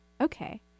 Okay